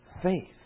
faith